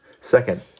Second